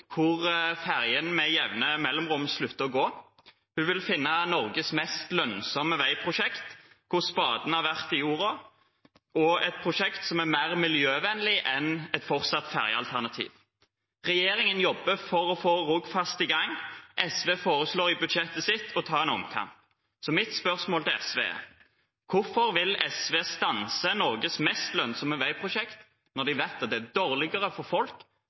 med jevne mellomrom slutter å gå. Hun vil finne Norges mest lønnsomme veiprosjekt, der spaden har vært i jorda, et prosjekt som er mer miljøvennlig enn et fortsatt ferjealternativ. Regjeringen jobber for å få Rogfast i gang. SV foreslår i budsjettet sitt å ta en omkamp. Så mitt spørsmål til SV er: Hvorfor vil SV stanse Norges mest lønnsomme veiprosjekt når vi vet at det blir dårligere for folk,